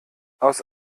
aus